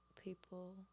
people